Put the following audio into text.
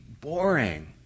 boring